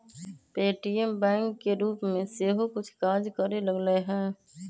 Paytm bank के रूप में सेहो कुछ काज करे लगलै ह